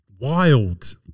Wild